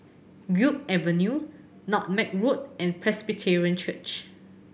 Guok Avenue Nutmeg Road and Presbyterian Church